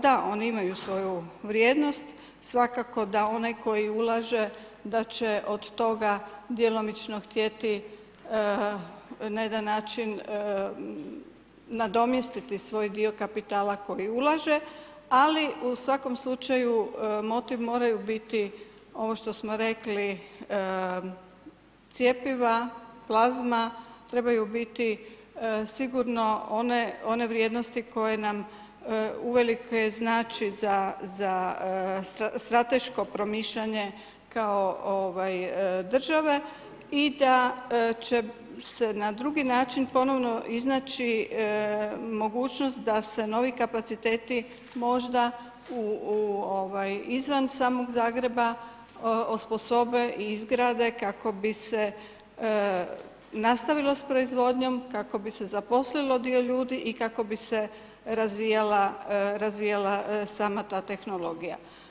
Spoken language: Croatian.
Da, oni imaju svoju vrijednosti, svakako da onaj koji ulaže da će od toga djelomično htjeti na jedan način nadomjestiti svoj dio kapitala koji ulaže, ali u svakom slučaju motiv moraju biti ovo što smo rekli cjepiva, plazma, trebaju biti sigurno one vrijednosti koje nam uvelike znači za strateško promišljanje kao države i da će se na drugi način ponovno iznaći mogućnost da se novi kapaciteti možda izvan samog Zagreba osposobe, izgrade, kako bi se nastavilo s proizvodnjom, kako bi se zaposlilo dio ljudi i kako bi se razvijala sama ta tehnologija.